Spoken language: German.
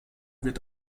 wird